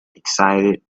excited